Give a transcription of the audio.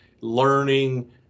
learning